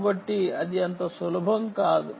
కాబట్టి ఇది అంత సులభం కాదు